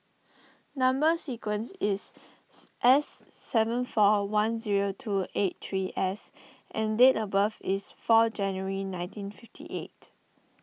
Number Sequence is S seven four one zero two eight three S and date of birth is four January nineteen fifty eight